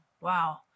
Wow